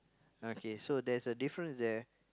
okay so there's a difference there